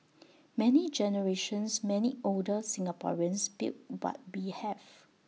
many generations many older Singaporeans built what we have